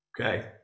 Okay